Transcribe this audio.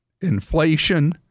inflation